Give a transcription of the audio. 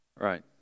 Right